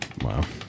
Wow